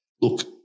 look